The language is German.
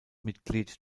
mitglied